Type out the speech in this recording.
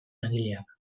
langileak